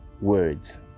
Words